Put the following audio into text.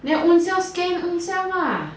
then ownself scan ownself ah